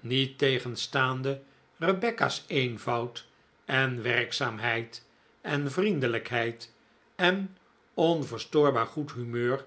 niettegenstaande rebecca's eenvoud en werkzaamheid en vriendelijkheid en onverstoorbaar goed humeur